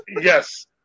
Yes